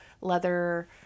leather